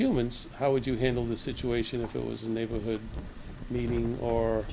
humans how would you handle the situation if it was a neighborhood meeting or